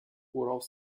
worauf